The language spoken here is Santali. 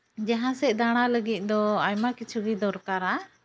ᱡᱟᱦᱟᱸ ᱥᱮᱫ ᱫᱟᱬᱟ ᱞᱟᱹᱜᱤᱫ ᱫᱚ ᱟᱭᱢᱟ ᱠᱤᱪᱷᱩ ᱜᱮ ᱫᱚᱨᱠᱟᱨᱟ